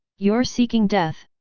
you're seeking death!